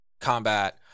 combat